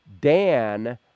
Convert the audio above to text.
Dan